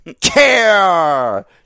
care